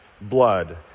blood